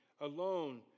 alone